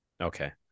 Okay